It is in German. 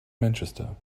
manchester